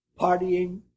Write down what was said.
partying